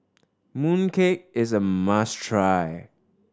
mooncake is a must try